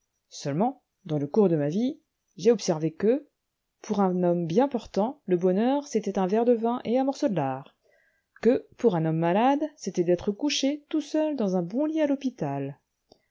seulement dans le cours de ma vie j'ai observé que pour un homme bien portant le bonheur c'était un verre de vin et un morceau de lard que pour un homme malade c'était d'être couché tout seul dans un bon lit à l'hôpital